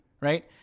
right